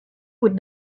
would